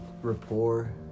Rapport